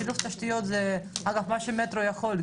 שילוב תשתיות זה אגב מה שהמטרו יכול,